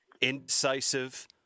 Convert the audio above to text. incisive